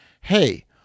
Hey